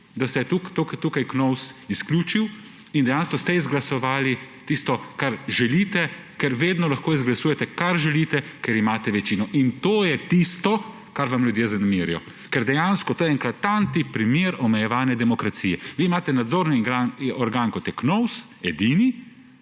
da se je tukaj Knovs izključil, in dejansko ste izglasovali tisto, kar želite, ker vedno lahko izglasujete, kar želite, ker imate večino. In to je tisto, kar vam ljudje zamerijo. Ker to je dejansko eklatanten primer omejevanja demokracije. Vi imate nadzorni organ, kot je Knovs, edinega,